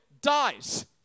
dies